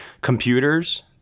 computers